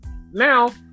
now